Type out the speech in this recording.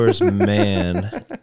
man